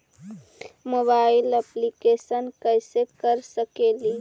Mobile application कैसे कर सकेली?